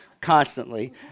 constantly